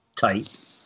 tight